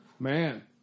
Man